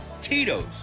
Tito's